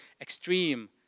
extreme